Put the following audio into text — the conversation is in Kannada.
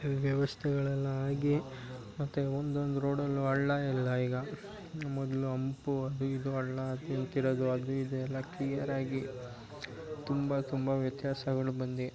ವ್ಯವಸ್ಥೆಗಳೆಲ್ಲ ಆಗಿ ಮತ್ತು ಒಂದೊಂದು ರೋಡಲ್ಲು ಹಳ್ಳ ಇಲ್ಲ ಈಗ ಮೊದಲು ಅಂಪು ಅದು ಇದು ಹಳ್ಳ ನಿಂತಿರೋದು ಅದು ಇದು ಎಲ್ಲ ಕ್ಲಿಯರಾಗಿ ತುಂಬ ತುಂಬ ವ್ಯತ್ಯಾಸಗಳು ಬಂದು